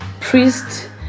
Priest